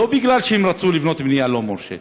לא מפני שהם רצו לבנות בנייה לא מורשית,